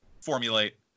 formulate